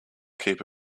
keep